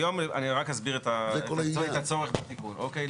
היום, אני רק אסביר את הצורך בתיקון, אוקיי?